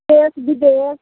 देश विदेश